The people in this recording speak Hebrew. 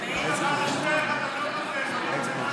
אז אני אעבור לסיפור על איש הימין.